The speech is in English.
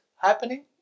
happening